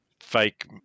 fake